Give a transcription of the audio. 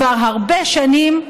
כבר הרבה שנים,